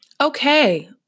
Okay